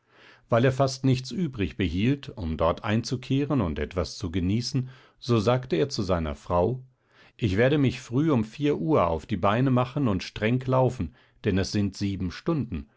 weil er fast nichts übrigbehielt um dort einzukehren und etwas zu genießen so sagte er zu seiner frau ich werde mich früh um vier uhr auf die beine machen und streng laufen denn es sind sieben stunden